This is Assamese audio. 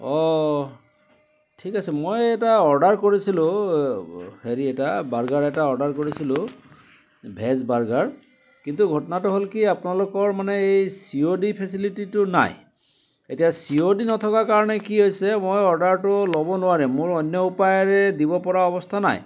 অঁ ঠিক আছে মই এটা অৰ্ডাৰ কৰিছিলোঁ হেৰি এটা বাৰ্গাৰ এটা অৰ্ডাৰ কৰিছিলোঁ ভেজ বাৰ্গাৰ কিন্তু ঘটনাটো হ'ল কি আপোনালোকৰ মানে এই চি অ' ডি ফেছিলিটীটো নাই এতিয়া চি অ' ডি নথকা কাৰণে কি হৈছে মই অৰ্ডাৰটো ল'ব নোৱাৰিম মোৰ অন্য উপায়েৰে দিব পৰা অৱস্থা নাই